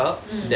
mm